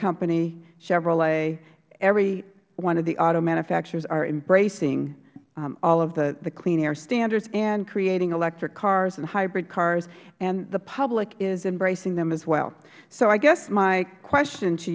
company chevrolet every one of the auto manufacturers are embracing all of the clean air standards and creating electric cars and hybrid cars and the public is embracing them as well so i guess my question to